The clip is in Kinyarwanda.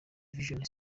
vision